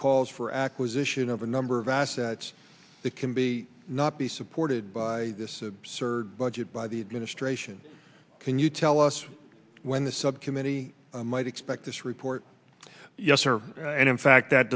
calls for acquisition of a number of assets that can be not be supported by this absurd budget by the administration can you tell us when the subcommittee might expect this report yes sir and in fact that